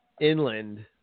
inland